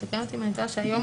תקן אותי אם אני טועה - היום